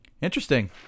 Interesting